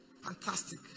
Fantastic